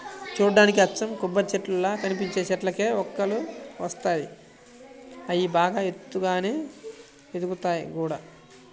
చూడ్డానికి అచ్చం కొబ్బరిచెట్టుల్లా కనిపించే చెట్లకే వక్కలు కాస్తాయి, అయ్యి బాగా ఎత్తుగానే ఎదుగుతయ్ గూడా